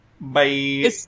Bye